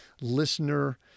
listener